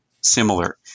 similar